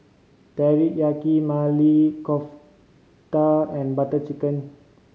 Teriyaki Maili Kofta and Butter Chicken